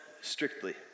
strictly